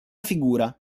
figura